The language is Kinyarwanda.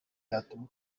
yatumye